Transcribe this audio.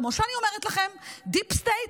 כמו שאני אומרת לכם: דיפ סטייט,